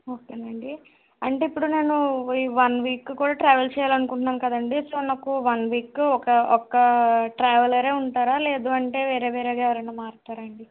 okay అండి అంటే ఇప్పుడు నేను ఈ వన్ వీకు కూడా ట్రావెల్ చేయాలని అనుకుంటున్నాను కదండీ సో నాకు వన్ వీకు ఒక ఒక్క ట్రావెలరే ఉంటారా లేదు అంటే వేరేవేరేగా ఎవరైనా మారతారా అండి